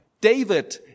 David